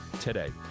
today